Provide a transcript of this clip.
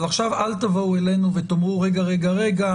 אבל עכשיו אל תבואו אלינו ותאמרו, רגע, רגע, רגע,